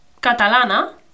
Catalana